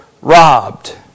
robbed